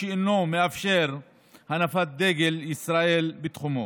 שאינו מאפשר הנפת דגל ישראל בתחומו.